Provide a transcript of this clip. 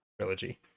trilogy